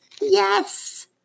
yes